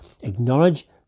acknowledge